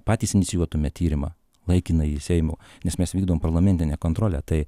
patys inicijuotume tyrimą laikinai seimo nes mes vykdom parlamentinę kontrolę tai